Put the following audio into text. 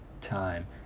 time